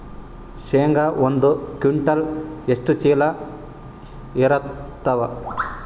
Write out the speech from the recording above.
ಶೇಂಗಾ ಒಂದ ಕ್ವಿಂಟಾಲ್ ಎಷ್ಟ ಚೀಲ ಎರತ್ತಾವಾ?